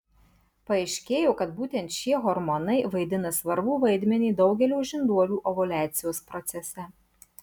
paaiškėjo kad būtent šie hormonai vaidina svarbų vaidmenį daugelio žinduolių ovuliacijos procese